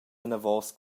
anavos